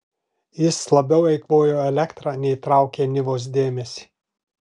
jis labiau eikvojo elektrą nei traukė nivos dėmesį